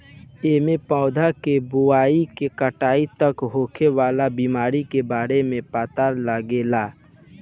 एमे पौधा के बोआई से कटाई तक होखे वाला बीमारी के बारे में पता लागेला